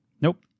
Nope